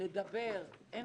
לדבר הן